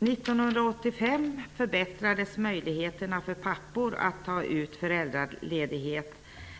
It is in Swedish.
1985 förbättrades möjligheterna för pappor att ta ut föräldraledighet